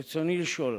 רצוני לשאול: